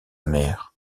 mère